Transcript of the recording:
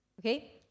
okay